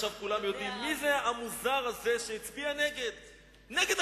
עכשיו כולם יודעים מי המוזר הזה שהצביע נגד הקולנוע.